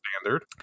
standard